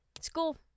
school